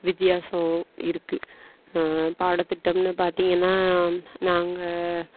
வித்தியாசம் இருக்குது பாடத்திட்டம்ன்னு பார்த்தீங்கன்னா நாங்கள்